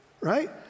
right